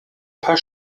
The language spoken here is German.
paar